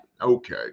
okay